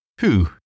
Who